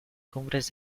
cumbres